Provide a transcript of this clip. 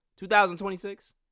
2026